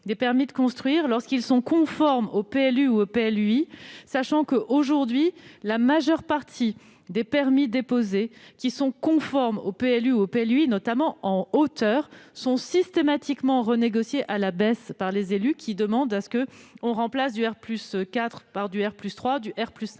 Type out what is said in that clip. les permis de construire, lorsque ceux-ci sont conformes au PLU ou au PLUi. On sait en effet que, aujourd'hui, la majeure partie des permis déposés, qui sont conformes au PLU ou au PLUi, notamment en hauteur, sont systématiquement renégociés à la baisse par les élus, qui demandent que l'on remplace des constructions de